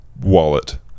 wallet